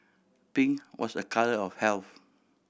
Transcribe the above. pink was a colour of health